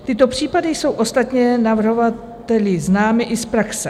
Tyto případy jsou ostatně navrhovateli známy i z praxe.